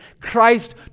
Christ